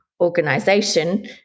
organization